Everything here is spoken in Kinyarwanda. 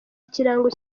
ikirango